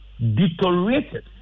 deteriorated